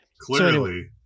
Clearly